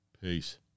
Peace